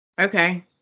Okay